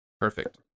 Perfect